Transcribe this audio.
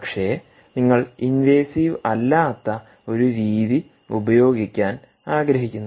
പക്ഷേ നിങ്ങൾ ഇൻവേസീവ് അല്ലാത്ത ഒരു രീതി ഉപയോഗിക്കാൻ ആഗ്രഹിക്കുന്നു